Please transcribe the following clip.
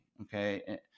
okay